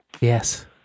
Yes